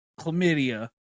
chlamydia